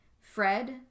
Fred